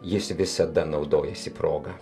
jis visada naudojasi proga